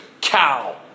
cow